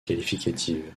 qualificatives